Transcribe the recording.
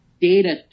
data